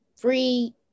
free